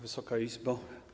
Wysoka Izbo!